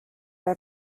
are